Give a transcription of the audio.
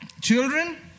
children